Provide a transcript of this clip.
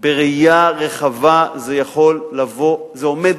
בראייה רחבה זה יכול לבוא, זה עומד,